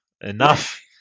Enough